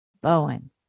Bowen